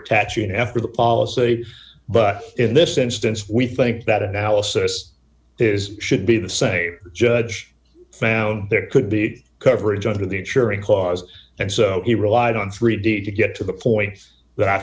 attaching after the policy but in this instance we think that analysis is should be the same judge found there could be coverage under the ensuring clause and so he relied on three d to get to the point that i